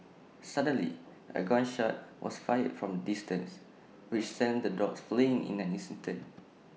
suddenly A gun shot was fired from A distance which sent the dogs fleeing in an instant